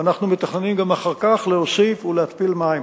ואנחנו מתכננים גם אחר כך להוסיף ולהתפיל מים.